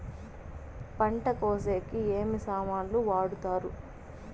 పంట కోసేకి ఏమి సామాన్లు వాడుతారు?